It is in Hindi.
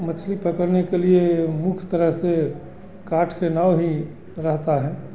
मछली पकड़ने के लिए मुख्य तरह से काठ के नाव ही रहता है